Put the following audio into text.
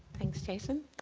thanks, jason.